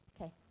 Okay